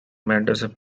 mentorship